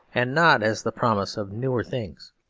and not as the promise of newer things.